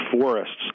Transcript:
forests